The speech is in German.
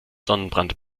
sonnenbrand